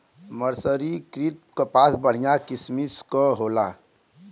मर्सरीकृत कपास बढ़िया किसिम क होला